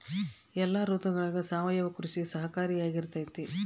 ಎಲ್ಲ ಋತುಗಳಗ ಸಾವಯವ ಕೃಷಿ ಸಹಕಾರಿಯಾಗಿರ್ತೈತಾ?